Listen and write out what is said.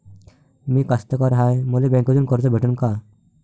मी कास्तकार हाय, मले बँकेतून कर्ज भेटन का?